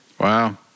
Wow